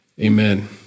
amen